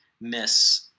miss